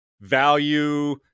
value